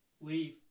Leave